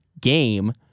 game